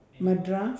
madras